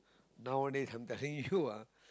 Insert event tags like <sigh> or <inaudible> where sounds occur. nowadays I'm telling you ah <laughs>